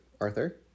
Arthur